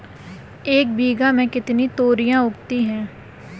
एक बीघा में कितनी तोरियां उगती हैं?